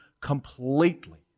completely